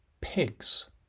pigs